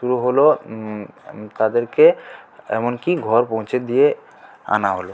শুরু হলে তাদেরকে এমনকি ঘর পৌঁছে দিয়ে আনা হল